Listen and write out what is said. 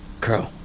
Crow